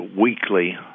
weekly